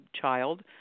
child